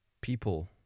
people